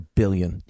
billion